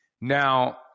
Now